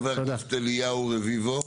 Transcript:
חבר הכנסת אליהו רביבו.